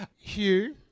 Hugh